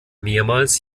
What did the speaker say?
mehrmals